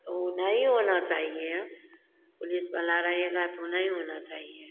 तो ओ नई होना चाहिए पुलिस वाला रहेगा तो नई होना चाहिए